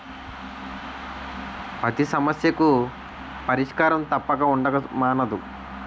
పతి సమస్యకు పరిష్కారం తప్పక ఉండక మానదు